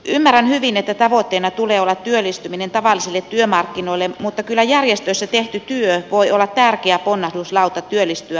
ymmärrän hyvin että tavoitteena tulee olla työllistyminen tavallisille työmarkkinoille mutta kyllä järjestöissä tehty työ voi olla tärkeä ponnahduslauta työllistyä muuallekin